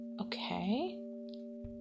Okay